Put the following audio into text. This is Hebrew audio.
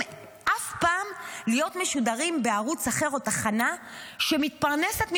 אף פעם להיות משודרים בערוץ אחר או בתחנה שמתפרנסת מפרסומות,